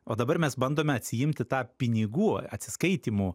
o dabar mes bandome atsiimti tą pinigų atsiskaitymų